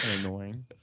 Annoying